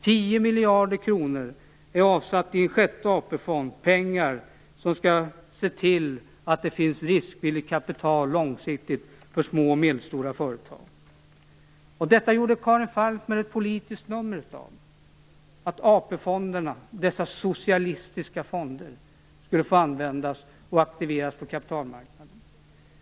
10 miljarder kronor är avsatt i en sjätte AP-fond, pengar som skall se till att det långsiktigt finns riskvilligt kapital för små och medelstora företag. Detta gjorde Karin Falkmer ett politiskt nummer av, att AP fonderna, dessa socialistiska fonder, skulle få användas och aktiveras på kapitalmarknaden.